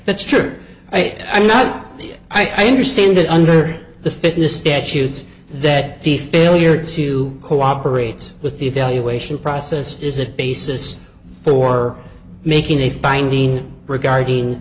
that's true but i'm not i understand that under the fitness statutes that the failure to cooperate with the evaluation process is a basis for making a finding regarding